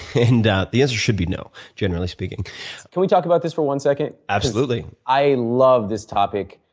and the answer should be no, generally speaking. can we talk about this for one second? absolutely. i love this topic.